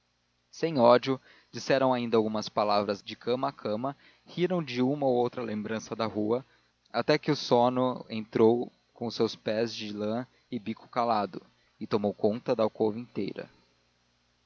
sem ódio disseram ainda algumas palavras de cama a cama riram de uma ou outra lembrança da rua até que o sono entrou com os seus pés de lã e bico calado e tomou conta da alcova inteira